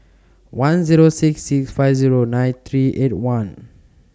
one Zero six six five Zero nine three eight one